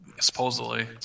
Supposedly